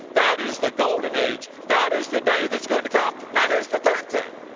that is the golden age. that is the day that's going to come. now here's the third thing.